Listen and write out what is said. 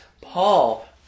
paul